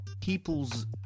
people's